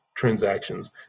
transactions